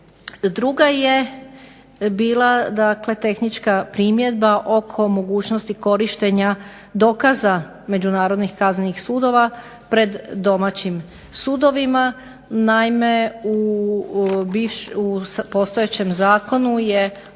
Druga je bila tehnička primjedba oko mogućnosti korištenja dokaza Međunarodnih kaznenih sudova pred domaćim sudovima. Naime, u postojećem Zakonu je